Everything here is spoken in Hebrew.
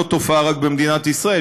היא לא תופעה רק במדינת ישראל,